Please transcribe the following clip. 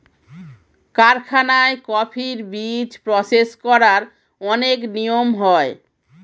কারখানায় কফির বীজ প্রসেস করার অনেক নিয়ম হয়